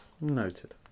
Noted